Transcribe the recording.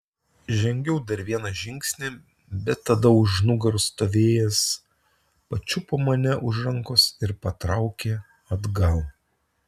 žengiau dar vieną žingsnį bet tada už nugaros stovėjęs pačiupo mane už rankos ir patraukė atgal